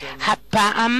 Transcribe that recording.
הפעם